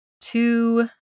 two